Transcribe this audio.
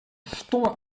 stomme